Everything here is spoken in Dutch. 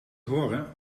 horen